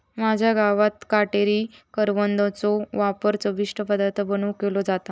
माझ्या गावात काटेरी करवंदाचो वापर चविष्ट पदार्थ बनवुक केलो जाता